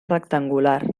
rectangular